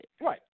Right